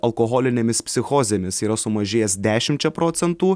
alkoholinėmis psichozėmis yra sumažėjęs dešimčia procentų